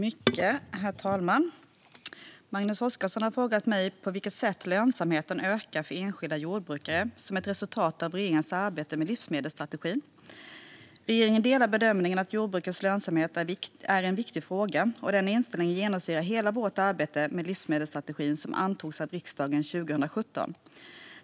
Herr talman! Magnus Oscarsson har frågat mig på vilket sätt lönsamheten ökar för enskilda jordbrukare som ett resultat av regeringens arbete med livsmedelsstrategin. Regeringen delar bedömningen att jordbrukets lönsamhet är en viktig fråga, och den inställningen genomsyrar hela vårt arbete med livsmedelsstrategin som antogs av riksdagen 2017.